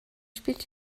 spielt